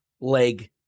leg